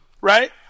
right